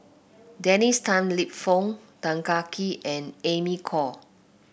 Dennis Tan Lip Fong Tan Kah Kee and Amy Khor